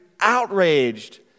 outraged